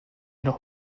noch